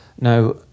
Now